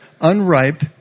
unripe